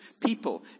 people